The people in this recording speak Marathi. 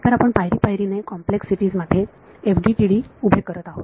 तर आपण पायरी पायरीने कॉम्प्लेक्सीटीज मध्ये FDTD उभे करत आहोत